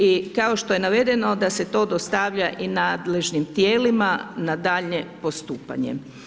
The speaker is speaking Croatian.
I kao što je navedeno da se to dostavlja i nadležnim tijelima na daljnje postupanje.